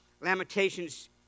Lamentations